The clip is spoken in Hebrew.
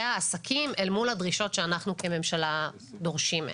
העסקים אל מול הדרישות אנחנו כממשלה דורשים מהם.